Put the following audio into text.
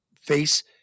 face